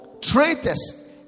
Traitors